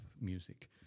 music